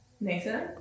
Nathan